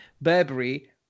Burberry